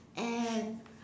and